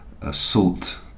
assault